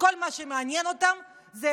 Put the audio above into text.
שכל מה שמעניין אותם זה